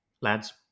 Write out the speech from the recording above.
lads